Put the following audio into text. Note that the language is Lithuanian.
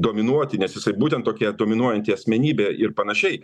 dominuoti nes jisai būtent tokia dominuojanti asmenybė ir panašiai